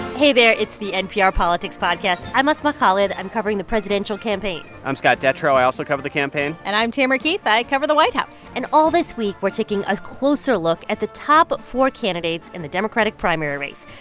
hey, there. it's the npr politics podcast. i'm asma khalid. i'm covering the presidential campaign i'm scott detrow. i also cover the campaign and i'm tamara keith. i cover the white house and all this week, we're taking a closer look at the top four candidates in the democratic primary race.